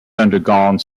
undergone